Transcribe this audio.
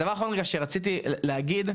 הדבר האחרון שרציתי להגיד,